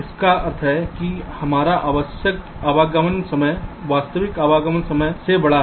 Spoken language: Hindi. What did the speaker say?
इसका अर्थ है कि हमारा आवश्यक आगमन समय वास्तविक आगमन समय से बड़ा है